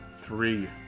Three